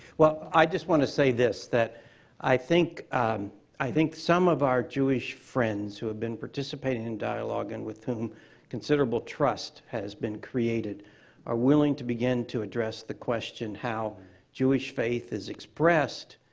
well, i just wanna say this, that i think i think some of our jewish friends who have been participating in dialogue and with whom considerable trust has been created are willing to begin to address the question how jewish faith is expressed,